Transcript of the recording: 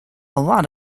lot